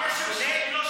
כשהשרפות ייפסקו.